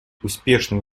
успешным